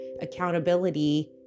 accountability